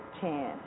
chance